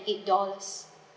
eight dollars